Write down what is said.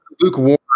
lukewarm